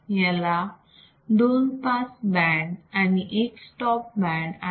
याला दोन pass band आणि एक स्टॉप बँड आहे